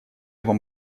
вам